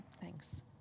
Thanks